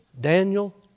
Daniel